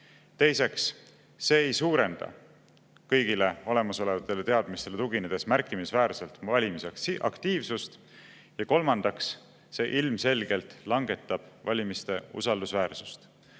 teiseks, see ei suurenda kõigile olemasolevatele teadmistele tuginedes märkimisväärselt valimisaktiivsust; ja kolmandaks, see ilmselgelt langetab valimiste usaldusväärsust.